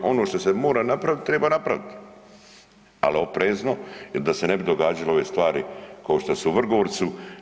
Ono što se mora napravit, treba napravit, al oprezno jel da se ne bi događale ove stvari kao što su u Vrgorcu.